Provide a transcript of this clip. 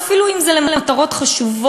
ואפילו אם זה למטרות חשובות,